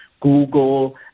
Google